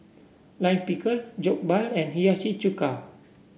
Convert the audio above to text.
Lime Pickle Jokbal and Hiyashi Chuka